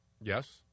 Yes